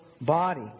body